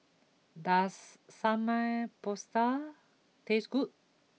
does Samgeyopsal taste good